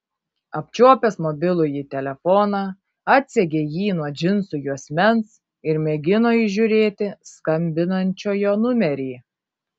apčiuopęs mobilųjį telefoną atsegė jį nuo džinsų juosmens ir mėgino įžiūrėti skambinančiojo numerį